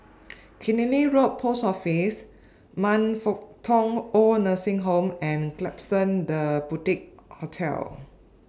Killiney Road Post Office Man Fut Tong Oid Nursing Home and Klapsons The Boutique Hotel